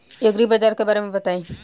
एग्रीबाजार के बारे में बताई?